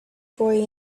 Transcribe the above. boy